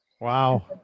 wow